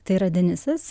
tai yra denisas